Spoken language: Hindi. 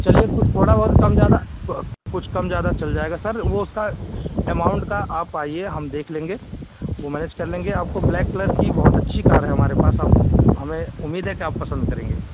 चलिए कुछ थोड़ा बहुत कम ज्यादा कुछ काम ज्यादा चल जाएगा सर वो उसका अमाउंट का आप आइए हम देख लेंगे वो मैनेज कर लेंगे आपको ब्लैक कलर की बहुत अच्छी कार है हमारे पास आप हमें उम्मीद है कि आप पसंद करेंगे